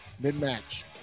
Mid-match